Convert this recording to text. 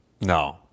No